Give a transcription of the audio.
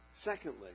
Secondly